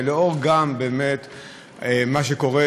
ולנוכח מה שקורה,